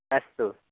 अस्तु